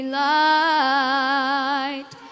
light